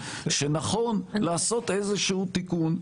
שנכון לעשות איזשהו תיקון,